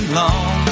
long